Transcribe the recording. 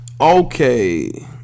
Okay